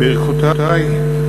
ברכותי.